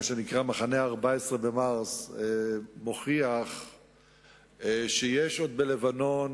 מה שנקרא מחנה ה-14 במרס, מוכיח שעוד יש בלבנון